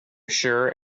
sure